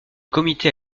comité